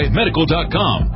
medical.com